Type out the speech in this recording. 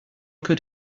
could